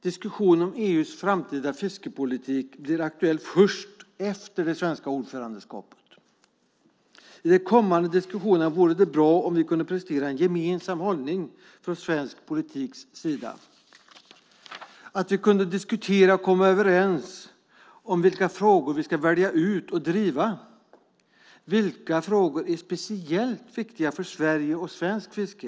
Diskussionen om EU:s framtida fiskepolitik blir aktuell först efter det svenska ordförandeskapet. Det vore bra om vi i de kommande diskussionerna kunde prestera en gemensam hållning från svensk politiks sida, alltså att vi kunde diskutera och komma överens om vilka frågor vi ska välja ut och driva. Vilka frågor är speciellt viktiga för Sverige och för svenskt fiske?